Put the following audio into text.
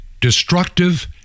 destructive